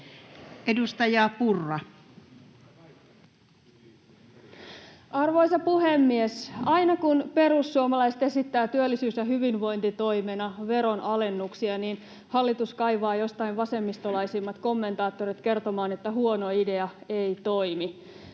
Content: Arvoisa puhemies! Aina kun perussuomalaiset esittävät työllisyys- ja hyvinvointitoimena veronalennuksia, niin hallitus kaivaa jostain vasemmistolaisimmat kommentaattorit kertomaan, että ”huono idea, ei toimi”.